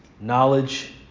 knowledge